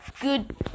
good